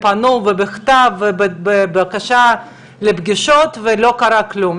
פנו ובכתב בבקשה לפגישות ולא קרה כלום.